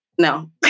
No